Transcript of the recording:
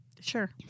Sure